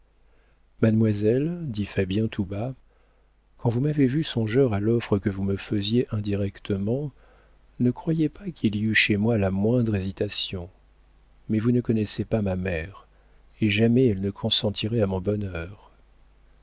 mademoiselle dit fabien tout bas quand vous m'avez vu songeur à l'offre que vous me faisiez indirectement ne croyez pas qu'il y eût chez moi la moindre hésitation mais vous ne connaissez pas ma mère et jamais elle ne consentirait à mon bonheur